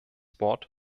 wort